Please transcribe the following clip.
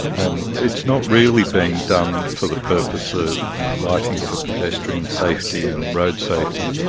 and it's not really being done for the purpose of lighting for pedestrian safety and road safety,